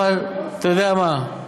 אבל אתה יודע מה?